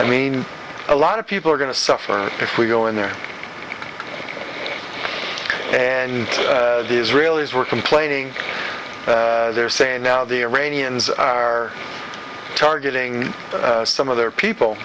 i mean a lot of people are going to suffer if we go in there and the israelis were complaining they're saying now the arabians are targeting some other people